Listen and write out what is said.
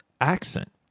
accent